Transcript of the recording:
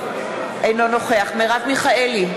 אינו נוכח מרב מיכאלי,